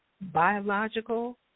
biological